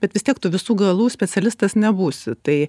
bet vis tiek tu visų galų specialistas nebūsi tai